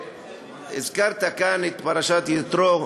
הזכרת כאן את פרשת יתרו,